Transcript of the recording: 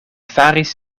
faris